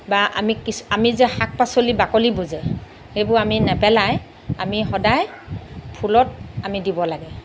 বা আমি আমি যে শাক পাচলিৰ বাকলিবোৰ যে সেইবোৰ আমি নেপেলাই আমি সদায় ফুলত আমি দিব লাগে